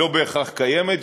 היא לא בהכרח קיימת,